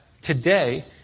today